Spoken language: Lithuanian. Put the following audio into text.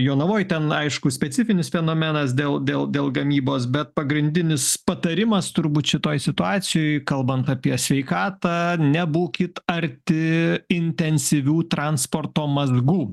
jonavoj ten aiškus specifinis fenomenas dėl dėl dėl gamybos bet pagrindinis patarimas turbūt šitoj situacijoj kalbant apie sveikatą nebūkit arti intensyvių transporto mazgų